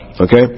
Okay